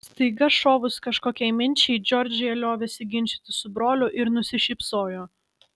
staiga šovus kažkokiai minčiai džordžija liovėsi ginčytis su broliu ir nusišypsojo